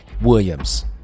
Williams